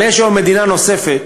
אבל יש מדינה נוספת,